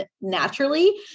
naturally